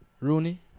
Rooney